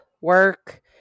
work